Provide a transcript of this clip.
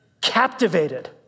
captivated